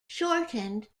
shortened